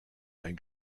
ein